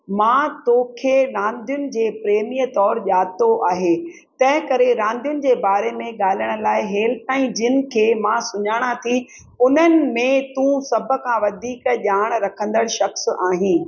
मां तोखे रांदियुनि जे प्रेमीअ तौर ॼातो आहे तंहिं करे रांदियुनि जे बारे में ॻाल्हाइण लाइ हेल ताईं जिन खे मां सुञाणां थी उन्हन में तूं सभु खां वधीक ॼाण रखंदड़ु शख़्सि आईं